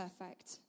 perfect